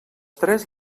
tres